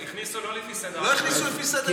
לא הכניסו לפי סדר האל"ף-בי"ת.